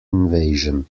invasion